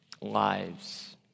lives